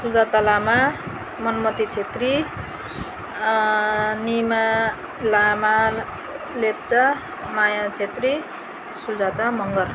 Sujata Lama Manmati Chhetri Nima Lama Lepcha Maya Chhetri Sujata Magar